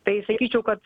tai sakyčiau kad